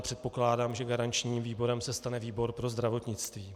Předpokládám, že garančním výborem se stane výbor pro zdravotnictví.